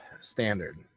standard